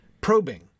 probing